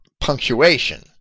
punctuation